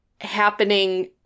happening